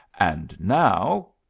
and now,